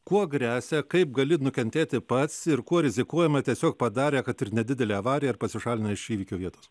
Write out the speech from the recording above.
kuo gresia kaip gali nukentėti pats ir kuo rizikuojame tiesiog padarę kad ir nedidelę avariją ir pasišalinę iš įvykio vietos